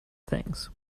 things